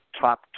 top